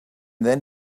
then